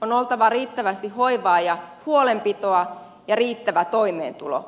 on oltava riittävästi hoivaa ja huolenpitoa ja riittävä toimeentulo